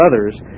others